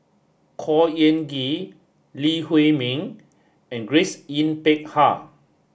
Khor Ean Ghee Lee Huei Min and Grace Yin Peck Ha